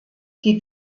die